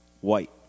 White